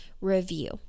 review